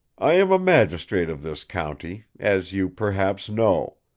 i am a magistrate of this county as you perhaps know.